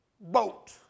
boat